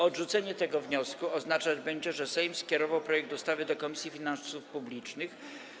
Odrzucenie tego wniosku oznaczać będzie, że Sejm skierował projekt ustawy do Komisji Finansów Publicznych.